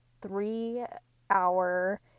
three-hour